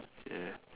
ya